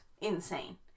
insane